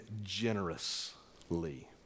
generously